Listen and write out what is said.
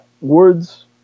Words